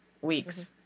weeks